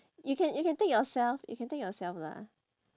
you can you can take yourself you can take yourself lah